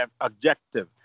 objective